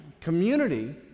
community